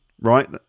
right